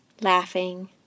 laughing